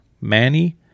Manny